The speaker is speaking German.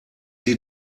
sie